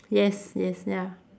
yes yes ya